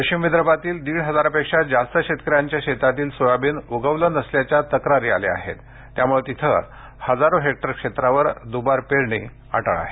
पश्चिम विदर्भातील दीड हजारांपेक्षा जास्त शेतकऱ्यांच्या शेतातील सोयाबीन उगवले नसल्याच्या तक्रारी आल्या आहेत त्यामुळे तिथं हजारो हेक्टर क्षेत्रावर दुबार पेरणी अटळ आहे